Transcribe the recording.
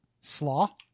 Slaw